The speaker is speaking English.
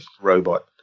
robot